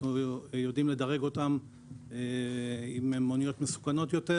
אנחנו יודעים לדרג אותן אם הן אניות מסוכנות יותר